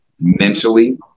mentally